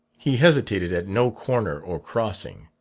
he hesitated at no corner or crossing.